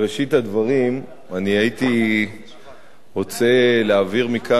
בראשית הדברים אני הייתי רוצה להעביר מכאן